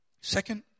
Second